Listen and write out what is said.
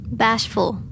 bashful